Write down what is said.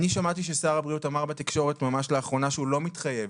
אני שמעתי ששר הבריאות אמר בתקשורת ממש לאחרונה שהוא לא מתחייב